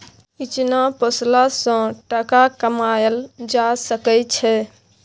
इचना पोसला सँ टका कमाएल जा सकै छै